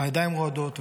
/ הידיים רועדות,